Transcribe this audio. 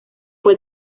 fue